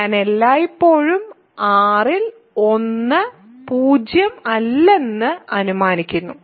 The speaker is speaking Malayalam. ഞാൻ എല്ലായ്പ്പോഴും R ൽ 1 0 അല്ലെന്നും അനുമാനിക്കുന്നു